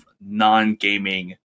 non-gaming